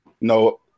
no